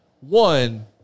one